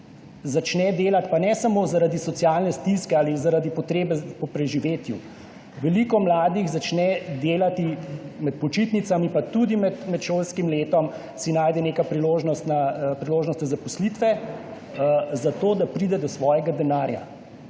začne delati, pa ne samo zaradi socialne stiske ali zaradi potrebe po preživetju. Veliko mladih začne delati med počitnicami in tudi med šolskim letom si najde neke priložnostne zaposlitve, da pride do svojega denarja,